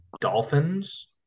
Dolphins